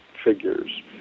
Figures